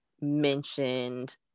mentioned